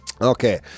okay